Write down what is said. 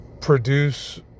produce